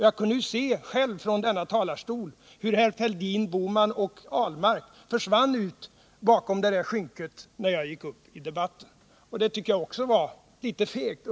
Jag kunde själv från denna talarstol notera hur herrar Fälldin, Bohman och Ahlmark försvann ut bakom kammarens draperier när jag gick upp i debatten. Det tycker jag faktiskt var litet fegt.